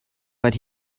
but